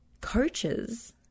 coaches